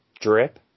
drip